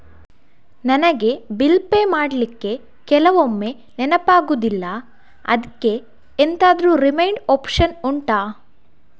ನನಗೆ bill pay ಮಾಡ್ಲಿಕ್ಕೆ ಕೆಲವೊಮ್ಮೆ ನೆನಪಾಗುದಿಲ್ಲ ಅದ್ಕೆ ಎಂತಾದ್ರೂ ರಿಮೈಂಡ್ ಒಪ್ಶನ್ ಉಂಟಾ